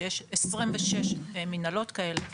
שיש עשרים ושש מנהלות כאלה,